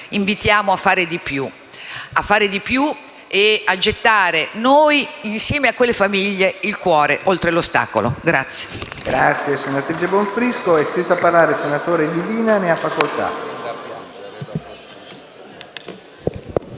invitiamo però a fare di più e a gettare noi, insieme a quelle famiglie, il cuore oltre l'ostacolo.